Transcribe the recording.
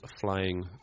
flying